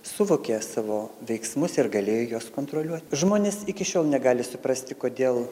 suvokė savo veiksmus ir galėjo juos kontroliuoti žmonės iki šiol negali suprasti kodėl